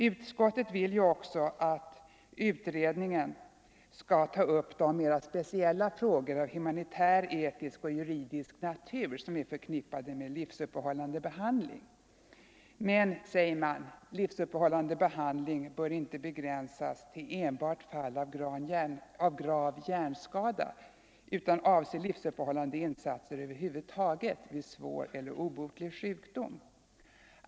Utskottet vill också att utredningen skall ta upp de mera speciella frågor av humanitär, etisk och juridisk natur som är förknippade med livsuppehållande behandling. Men, säger man, livsuppehållande behandling bör inte begränsas till enbart fall av grav hjärnskada utan avse livsuppehållande insatser över huvud taget vid svår eller obotlig sjukdom.